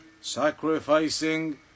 sacrificing